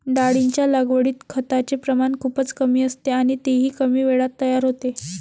डाळींच्या लागवडीत खताचे प्रमाण खूपच कमी असते आणि तेही कमी वेळात तयार होते